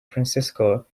francisco